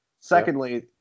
Secondly